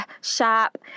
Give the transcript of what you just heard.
shop